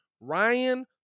Ryan